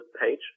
page